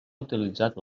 utilitzat